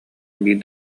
биир